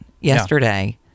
yesterday